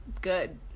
good